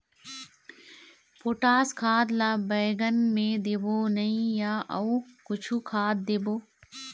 Potash खाद ला बैंगन मे देबो नई या अऊ कुछू खाद देबो?